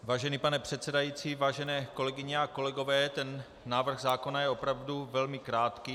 Vážený pane předsedající, vážené kolegyně a kolegové, návrh zákona je opravdu velmi krátký.